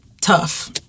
tough